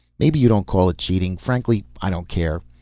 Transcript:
maybe you don't call it cheating, frankly i don't care.